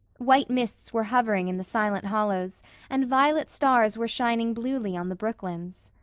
white mists were hovering in the silent hollows and violet stars were shining bluely on the brooklands.